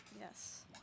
Yes